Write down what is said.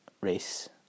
race